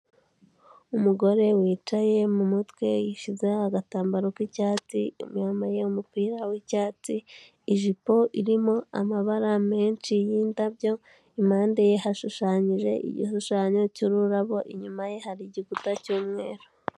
Umugore wicaye, mu mutwe yishyize agatambaro k'icyatsi, yambaye umupira w'icyatsi, ijipo irimo amabara menshi y'indabyo, impande ye hashushanyije igishushanyo cy'ururabo, inyuma ye hari igikuta cy'umweru.